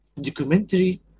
documentary